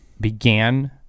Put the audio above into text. began